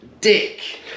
Dick